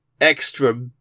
extra